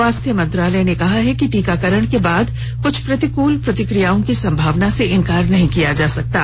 स्वास्थ्य मंत्रालय ने कहा है कि टीकाकरण के बाद कुछ प्रतिकूल प्रतिक्रियाओं की संभावना से इंकार नहीं किया जा सकता है